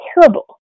terrible